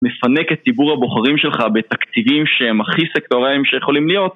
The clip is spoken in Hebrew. מפנק את ציבור הבוחרים שלך בתקציבים שהם הכי סקטוריליים שיכולים להיות